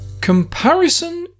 Comparison